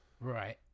Right